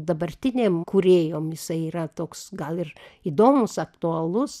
dabartinėm kūrėjom jisai yra toks gal ir įdomus aktualus